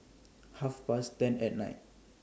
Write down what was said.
Half Past ten At Night